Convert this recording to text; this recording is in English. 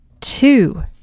two